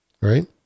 right